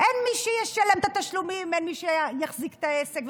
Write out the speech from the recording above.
אין מי שישלם את התשלומים, אין מי שיחזיק את העסק.